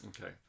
Okay